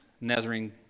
Nazarene